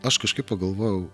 aš kažkaip pagalvojau